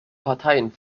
parteien